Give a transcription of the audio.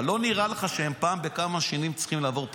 לא נראה לך שפעם בכמה שנים הם צריכים לעבור פוליגרף?